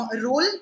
role